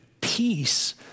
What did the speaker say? peace